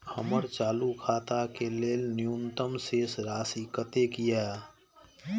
हमर चालू खाता के लेल न्यूनतम शेष राशि कतेक या?